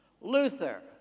Luther